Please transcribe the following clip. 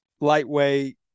lightweight